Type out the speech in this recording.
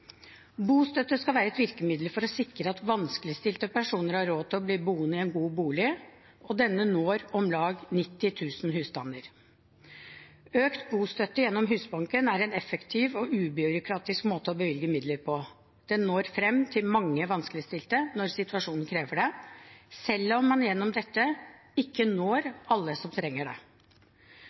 Bostøtte skal være et virkemiddel for å sikre at vanskeligstilte personer har råd til å bli boende i en god bolig, og denne når om lag 90 000 husstander. Økt bostøtte gjennom Husbanken er en effektiv og ubyråkratisk måte å bevilge midler på. Den når frem til mange vanskeligstilte når situasjonen krever det, selv om man gjennom dette ikke når alle som trenger det.